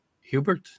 Hubert